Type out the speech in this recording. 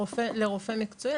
לרופא מקצועי,